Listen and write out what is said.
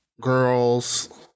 Girls